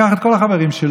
לקח את כל החברים שלו,